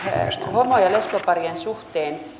homo ja lesboparien suhteen